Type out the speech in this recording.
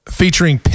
featuring